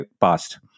past